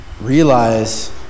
realize